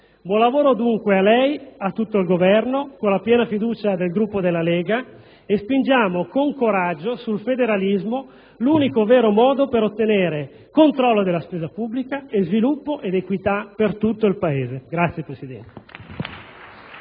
Consiglio, e a tutto il Governo, con la piena fiducia del Gruppo della Lega Nord che spinge con coraggio sul federalismo, l'unico vero modo per ottenere controllo della spesa pubblica e sviluppo ed equità per tutto il Paese. *(Applausi